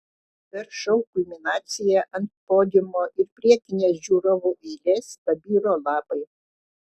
per šou kulminaciją ant podiumo ir priekinės žiūrovų eilės pabiro lapai